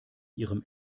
ihrem